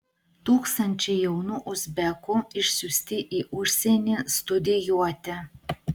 tūkstančiai jaunų uzbekų išsiųsti į užsienį studijuoti